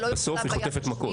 אלא שבסוף היא 'חוטפת' מכות.